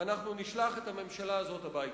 אנחנו נשלח את הממשלה הזאת הביתה.